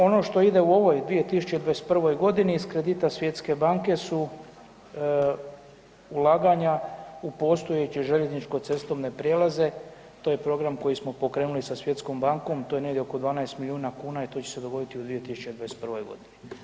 Ono što ide u ovoj 2021. godini iz kredita Svjetske banke su ulaganja u postojeće željezničko cestovne prijelaze to je program koji smo pokrenuli sa Svjetskom bankom, to je negdje oko 12 milijuna kuna i to će se dogoditi u 2021. godini.